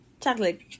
chocolate